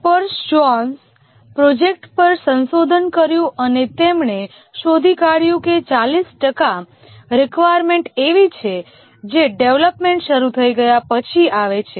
capers જોન્સએ 8000 projects પર સંશોધન કર્યું અને તેમણે શોધી કાઢ્યું કે 40 ટકા રેકવાયર્મેન્ટ એવી છે જે ડેવલપમેન્ટ શરૂ થઈ ગયા પછી આવે છે